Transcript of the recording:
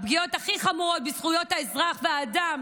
הפגיעות הכי חמורות בזכויות האזרח והאדם